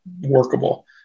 workable